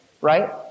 Right